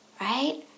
Right